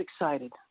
excited